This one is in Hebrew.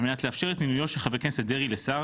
על מנת לאפשר את מינויו של חבר הכנסת דרעי לשר,